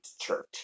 church